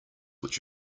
which